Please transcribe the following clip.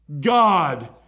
God